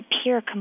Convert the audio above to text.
appear